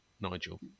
Nigel